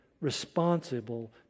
responsible